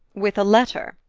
with a letter?